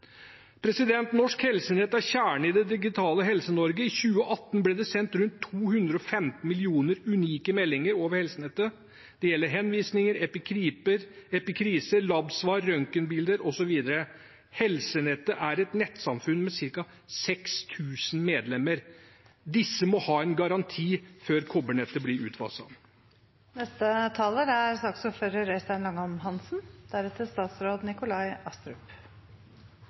Norsk Helsenett er kjernen i det digitale Helse-Norge. I 2018 ble det sendt rundt 215 millioner unike meldinger over Helsenettet. Det gjelder henvisninger, epikriser, labsvar, røntgenbilder osv. Helsenettet er et nettsamfunn med ca. 6 000 medlemmer. Disse må ha en garanti før kobbernettet blir